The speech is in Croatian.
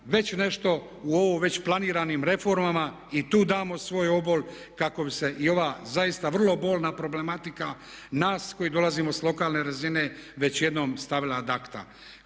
već nešto u ovo već planiranim reformama i tu damo svoj obol kako bi se i ova zaista vrlo bolna problematika nas koji dolazimo sa lokalne razine već jednom stavila ad acta.